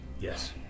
Yes